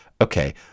Okay